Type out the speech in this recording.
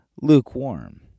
lukewarm